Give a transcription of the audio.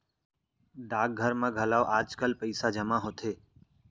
डाकघर म घलौ आजकाल पइसा जमा होथे